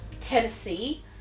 tennessee